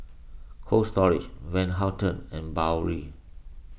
Cold Storage Van Houten and Biore